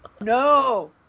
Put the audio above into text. no